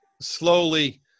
slowly